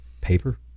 paper